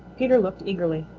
peter looked eagerly.